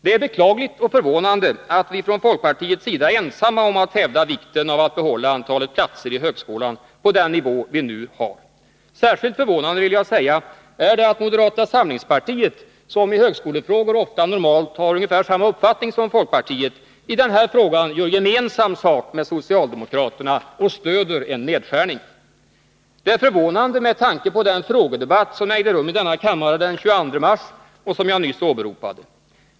Det är beklagligt och förvånande att vi inom folkpartiet är ensamma om att hävda vikten av att behålla antalet platser i högskolan på den nivå vi har nu. Särskilt förvånande är det, vill jag säga, att moderata samlingspartiet, som i högskolefrågor brukar ha ungefär samma uppfattning som folkpartiet, i den här frågan gör gemensam sak med socialdemokraterna och stödjer en nedskärning. Det är förvånande med tanke på den frågedebatt som ägde rum i denna kammare den 22 mars och som jag nyss åberopade.